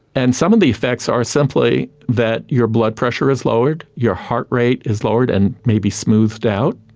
and some of the effects are simply that your blood pressure is lowered, your heart rate is lowered and may be smoothed out,